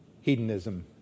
hedonism